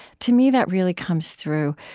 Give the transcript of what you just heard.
to me, that really comes through.